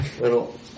little